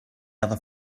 other